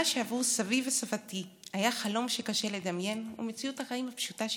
מה שעבור סבי וסבתי היה חלום שקשה לדמיין הוא מציאות החיים הפשוטה שלי.